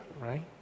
right